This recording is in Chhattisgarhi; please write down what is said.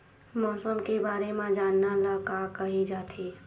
मौसम के बारे म जानना ल का कहे जाथे?